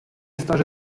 starzy